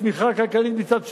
צמיחה כלכלית מצד שני,